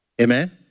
Amen